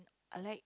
I like